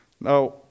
Now